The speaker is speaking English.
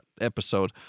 episode